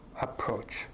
approach